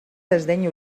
desdeny